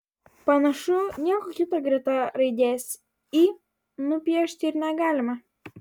panašu nieko kito greta raidės y nupiešti ir negalime